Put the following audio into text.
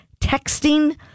texting